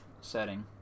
setting